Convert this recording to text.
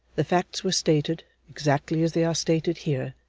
the facts were stated, exactly as they are stated here,